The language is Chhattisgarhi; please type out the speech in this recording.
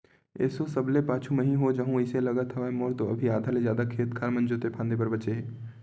एसो सबले पाछू मही ह हो जाहूँ अइसे लगत हवय, मोर तो अभी आधा ले जादा खेत खार मन जोंते फांदे बर बचें हे